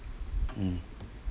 mm